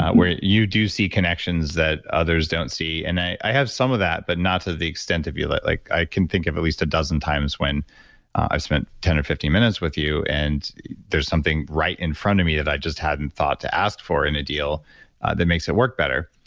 where you do see connections that others don't see. and i have some of that but not to the extent of you. like like i can think of at least a dozen times when i've spent ten or fifteen minutes with you. and there's something right in front of me that i just hadn't thought to ask for in a deal that makes it work better.